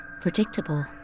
predictable